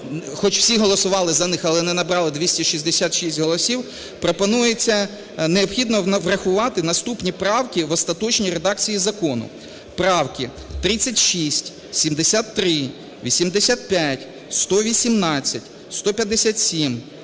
хоч всі голосували за них, але не набрали 266 голосів, пропонується, необхідно врахувати наступні правки в остаточній редакції закону. Правки 36, 73, 85, 118, 157,